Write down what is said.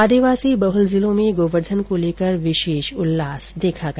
आदिवासी बहुल जिलों में गोवर्धन को लेकर विशेष उल्लास देखा गया